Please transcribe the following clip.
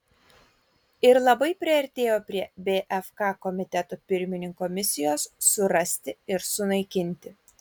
ir labai priartėjo prie bfk komiteto pirmininko misijos surasti ir sunaikinti